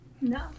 no